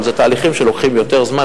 אבל זה תהליכים שלוקחים יותר זמן.